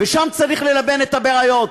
ושם צריך ללבן את הבעיות,